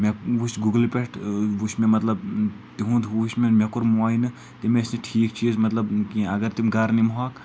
مےٚ وُچھ گگلہٕ پٮ۪ٹھ وُچھ مےٚ مطلب تِہُنٛد ہُہ وُچھ مےٚ مےٚ کوٚر مویعنہٕ تِم ٲسۍ نہٕ ٹھیٖک چیٖز مطلب کینٛہہ اگر تِم گرٕ نمہٕ ہوک